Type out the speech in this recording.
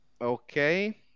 Okay